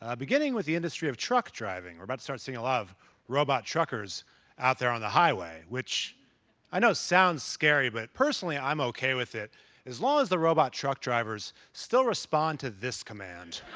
ah beginning with the industry of truck driving. we're about to start seeing a lot of robot truckers out there on the highway, which i know sounds scary, but personally i'm okay with it as long as the robot truck drivers still respond to this command.